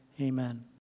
amen